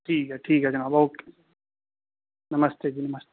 ठीक ऐ ठीक ऐ जनाब ओके नमस्ते जी नमस्ते